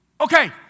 Okay